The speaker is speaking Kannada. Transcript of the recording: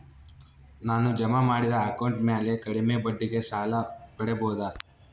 ನಾನು ಜಮಾ ಮಾಡಿದ ಅಕೌಂಟ್ ಮ್ಯಾಲೆ ಕಡಿಮೆ ಬಡ್ಡಿಗೆ ಸಾಲ ಪಡೇಬೋದಾ?